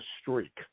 streak